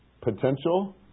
potential